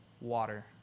water